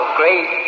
great